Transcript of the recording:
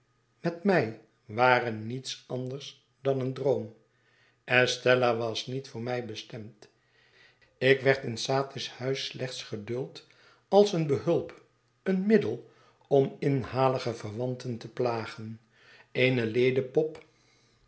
met mij waren niets anders dan een droom estella was niet voor mij bestemd ik werd in satis huis slechts geduld als een behulp een middel om inhalige verwanten te plagen eene ledepop